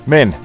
Men